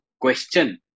question